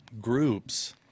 groups